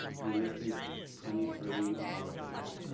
you list these twenty three articles,